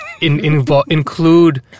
include